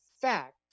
fact